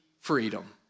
freedom